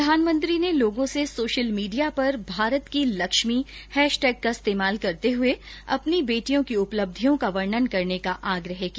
प्रधानमंत्री ने लोगों से सोशल मीडिया पर भारत की लक्ष्मी हैशटैग का इस्तेमाल करते हुए अपनी बेटियों की उपलब्धियों का वर्णन करने का आग्रह किया